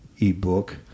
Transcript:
ebook